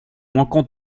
manquons